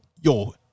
yo